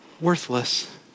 worthless